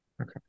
Okay